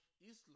Islam